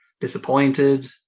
disappointed